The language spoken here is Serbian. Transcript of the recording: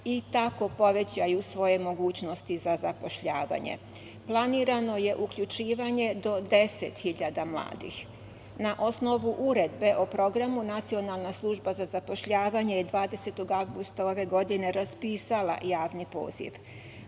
i tako povećaju svoje mogućnosti i za zapošljavanje. Planirano je uključivanje do 10.000 mladih. Na osnovu Uredbe o programu Nacionalna služba za zapošljavanje je 20. avgusta ove godine raspisala javni poziv. Prva